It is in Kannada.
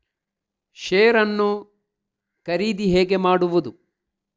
ಶೇರ್ ನ್ನು ಖರೀದಿ ಹೇಗೆ ಮಾಡುವುದು?